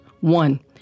One